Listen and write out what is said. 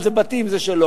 אבל אלה בתים, זה שלו.